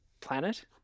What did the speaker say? planet